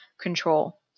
control